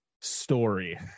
story